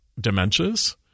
dementias